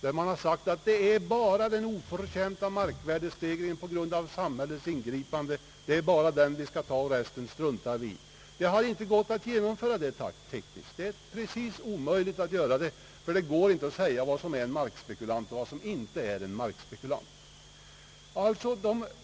De sade, att det var bara den oförtjänta markvärdestegringen, den som skett på grund av samhällets ingripande, som man skulle ta, medan man skulle strunta i resten. Det har inte gått att göra så rent tekniskt. Man kan inte säga vem som är och vem som inte är en markspekulant.